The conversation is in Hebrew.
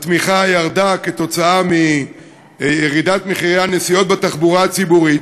התמיכה ירדה כתוצאה מירידת מחירי הנסיעות בתחבורה הציבורית,